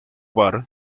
bar